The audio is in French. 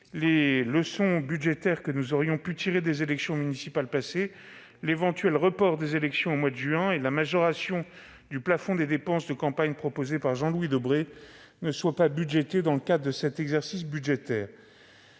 les leçons budgétaires que nous aurions pu tirer des élections municipales passées, l'éventuel report des élections au mois de juin et la majoration du plafond des dépenses de campagne, proposés par Jean-Louis Debré, ne soient pas budgétés dans le cadre de cet exercice budgétaire.